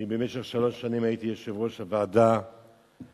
אני במשך שלוש שנים הייתי יושב-ראש הוועדה למלחמה,